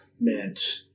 meant